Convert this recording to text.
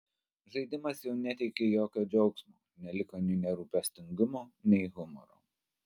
žaidimas jau neteikė jokio džiaugsmo neliko nei nerūpestingumo nei humoro